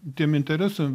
tiem interesam